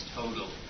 total